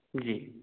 जी